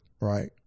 right